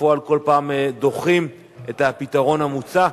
ובפועל כל פעם דוחים את הפתרון המוצע.